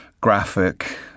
graphic